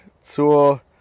zur